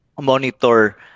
monitor